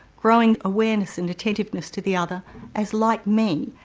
growing awareness in attentiveness to the other as like men,